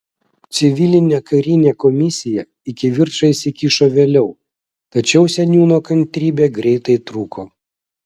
civilinė karinė komisija į kivirčą įsikišo vėliau tačiau seniūno kantrybė greitai trūko